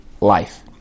life